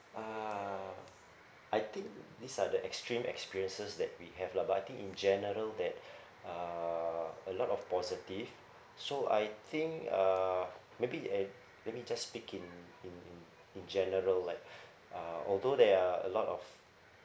uh I think these are the extreme experiences that we have lah but I think in general that uh a lot of positive so I think uh maybe at let me just speaking in general like uh although there are a lot of